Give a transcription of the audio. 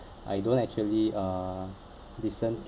I don't actually uh listen